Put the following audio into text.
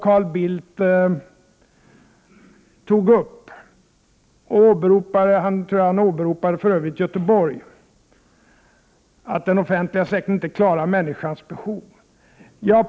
Carl Bildt åberopade Göteborg som exempel på den offentliga sektorns misslyckande.